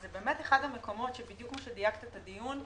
זה אחד המקומות שבדיוק כמו שדייקת את הדיון,